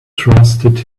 trusted